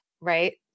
right